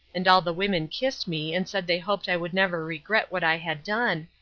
and all the women kissed me and said they hoped i would never regret what i had done,